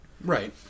Right